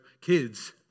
kids